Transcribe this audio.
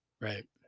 Right